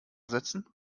setzen